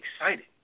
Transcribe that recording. excited